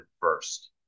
first